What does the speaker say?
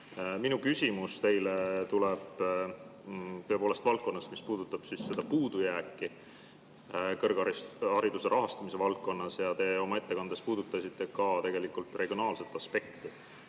Minu küsimus teile tuleb tõepoolest valdkonnast, mis puudutab puudujääki kõrghariduse rahastamise valdkonnas. Te oma ettekandes märkisite ka regionaalset aspekti: